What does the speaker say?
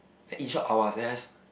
then in short Awaz then I just